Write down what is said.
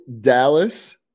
Dallas